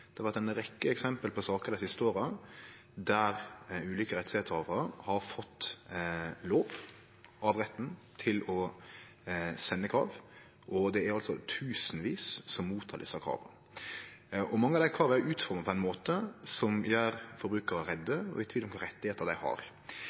har vore ei rekkje eksempel på saker dei siste åra der ulike rettshavarar har fått lov av retten til å sende krav, og det er tusenvis som mottek desse krava. Mange av krava er utforma på ein måte som gjer forbrukarar redde